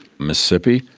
mississippi,